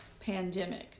pandemic